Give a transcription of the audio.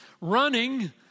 running